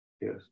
Yes